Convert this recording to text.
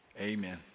Amen